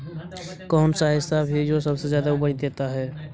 कौन सा ऐसा भी जो सबसे ज्यादा उपज देता है?